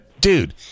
dude